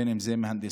בין אם זה מהנדסים,